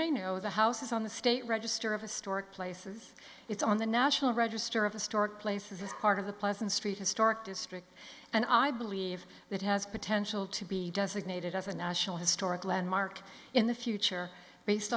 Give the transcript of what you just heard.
may know the house is on the state register of historic places it's on the national register of historic places it's part of the pleasant street historic district and i believe that has potential to be designated as a national historic landmark in the future based